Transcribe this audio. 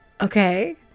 okay